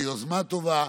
זו יוזמה טובה.